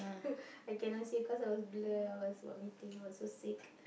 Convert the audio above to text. I cannot see cause I was blur I was vomiting I was so sick